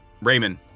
Raymond